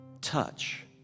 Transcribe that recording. Touch